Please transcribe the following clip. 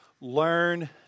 learn